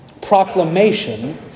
proclamation